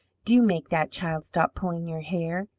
do make that child stop pulling your hair!